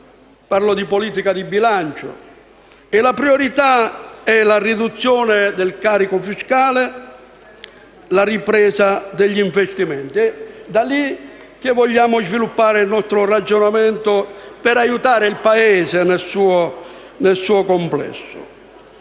parlo di politica di bilancio - e tra le priorità vi è la riduzione del carico fiscale e la ripresa degli investimenti. È da lì che vogliamo sviluppare il nostro ragionamento per aiutare il Paese nel suo complesso,